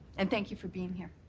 and thank you for being here.